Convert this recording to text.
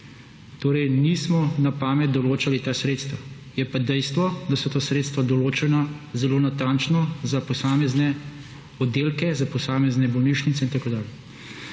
Torej nismo na pamet določali ta sredstva. Je pa dejstvo, da so ta sredstva določena zelo natančno za posamezne oddelke, za posamezne bolnišnice in tako dalje.